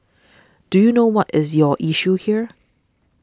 do you know what is your issue here